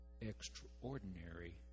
Extraordinary